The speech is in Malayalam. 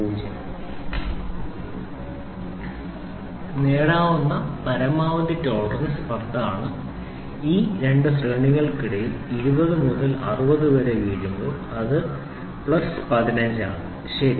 0211 mm നേടാവുന്ന ടോളറൻസ് 10 ആണ് ഈ രണ്ട് ശ്രേണികൾക്കിടയിൽ 20 മുതൽ 60 വരെ വീഴുമ്പോൾ അത് പ്ലസ് 15 ആണ് ശരി